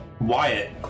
Wyatt